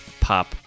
pop